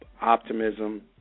optimism